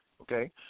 okay